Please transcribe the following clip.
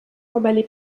emballé